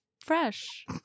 Fresh